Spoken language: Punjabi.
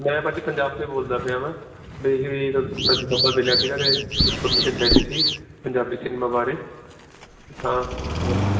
ਮੈਂ ਭਾਅ ਜੀ ਪੰਜਾਬ ਤੇ ਬੋਲਦਾ ਪਿਆ ਮੈਂ ਇਹ ਨੰਬਰ ਮਿਲਿਆ ਸੀਗਾ ਤੇ ਇਨਫੋਰਮੇਸ਼ਨ ਚਾਹੀਦੀ ਸੀ ਪੰਜਾਬੀ ਸਿਨਮਾ ਬਾਰੇ